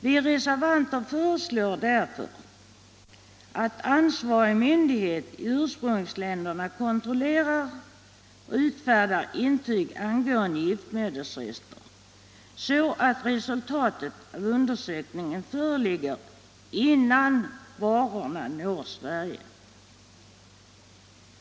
Vi reservanter föreslår därför att ansvarig myndighet i ursprungsländerna kontrollerar och utfärdar intyg angående giftmedelsrester, så att resultatet av undersökningen föreligger innan varorna når Sverige.